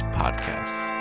podcasts